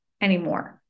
anymore